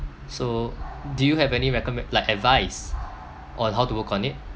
so do you have any recommend like advice on how to work on it